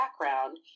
background